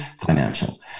Financial